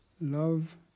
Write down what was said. Love